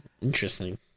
interesting